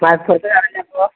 മലപ്പുറത്ത് ഇറങ്ങിയപ്പോൾ